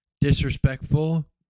disrespectful